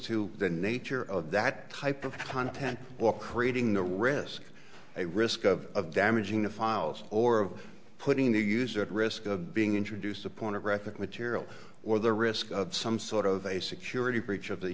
to the nature of that type of content or creating the risk of a risk of damaging the files or of putting the user to risk of being introduced a pornographic material or the risk of some sort of a security breach of the